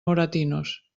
moratinos